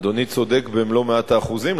אדוני צודק במלוא מאת האחוזים.